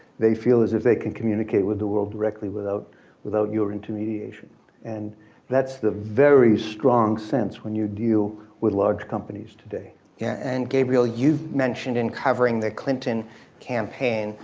they feel as if they can communicate with the world directly without without your inter-mediation and that's the very strong sense when you deal with large companies today. yeah and gabriel, you've mentioned in covering the clinton campaign,